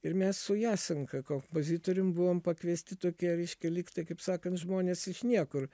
ir mes su jasenka kompozitorium buvom pakviesti tokie reiškia lyg tai kaip sakant žmonės iš niekur